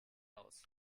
aus